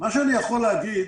אני יכול להגיד